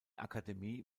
akademie